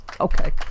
okay